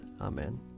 Amen